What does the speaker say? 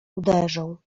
uderzą